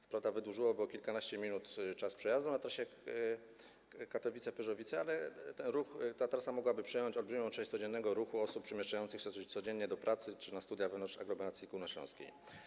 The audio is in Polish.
Co prawda wydłużyłoby to o kilkanaście minut czas przejazdu na trasie Katowice - Pyrzowice, ale ta trasa mogłaby przejąć olbrzymią część codziennego ruchu osób przemieszczających się do pracy czy na studia wewnątrz aglomeracji górnośląskiej.